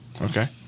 Okay